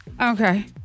Okay